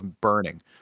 burning